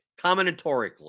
combinatorically